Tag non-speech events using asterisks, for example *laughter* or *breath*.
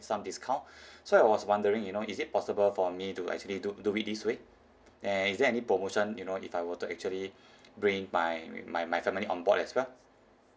some discount *breath* so I was wondering you know is it possible for me to actually do do it this way and is there any promotion you know if I were to actually bring my my my family on board as well